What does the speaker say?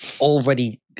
already